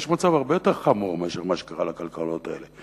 יש מצב הרבה יותר חמור מאשר מה שקרה לכלכלות האלה,